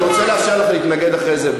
אני רוצה לאפשר לך להתנגד אחרי זה.